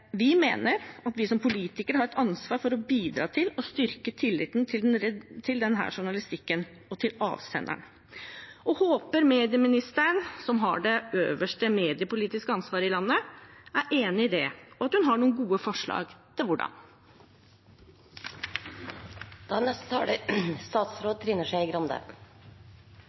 Vi mener at vi som politikere har et ansvar for bidra til å styrke tilliten til denne journalistikken og til avsenderen, og vi håper medieministeren, som har det øverste mediepolitiske ansvaret i landet, er enig i det – og at hun har noen gode forslag til hvordan.